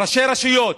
ראשי רשויות.